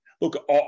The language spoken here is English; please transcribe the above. Look